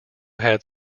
had